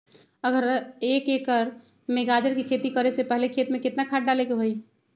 अगर एक एकर में गाजर के खेती करे से पहले खेत में केतना खाद्य डाले के होई?